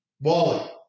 Wally